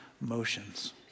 motions